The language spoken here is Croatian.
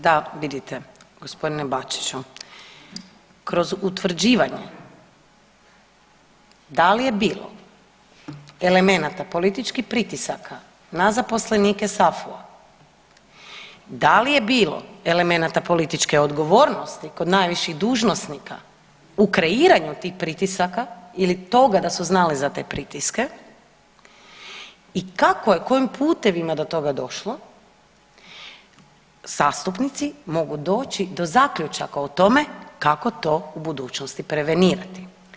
Da vidite gospodine Bačiću, kroz utvrđivanje da li je bilo elemenata političkih pritisaka na zaposlenike SAFU-a, da li je bilo elemenata političke odgovornosti kod najviših dužnosnika u kreiranju tih pritisaka ili toga da su znali za te pritiske i kako je, kojim putevima do toga došlo zastupnici mogu doći do zaključaka o tome kako to u budućnosti prevenirati.